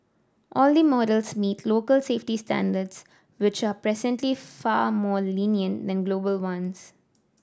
all the models meet local safety standards which are presently far more lenient than global ones